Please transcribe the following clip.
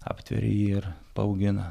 aptveria jį ir paaugina